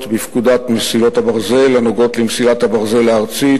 בפקודת מסילות הברזל הנוגעות במסילת הברזל הארצית,